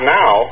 now